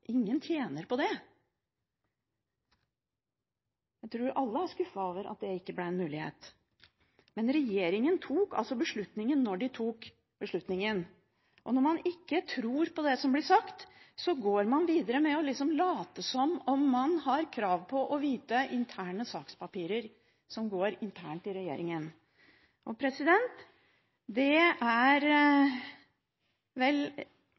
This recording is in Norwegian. ingen tjener på det. Jeg tror alle er skuffet over at det ikke ble en mulighet. Men regjeringen tok altså beslutningen når den tok beslutningen. Og når man ikke tror på det som blir sagt, går man videre med å late som om man har krav på å få vite innholdet i sakspapirer som går internt i regjeringen. Det er vel